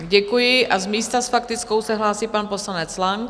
Děkuji a z místa s faktickou se hlásí pan poslanec Lang.